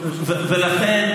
ולכן,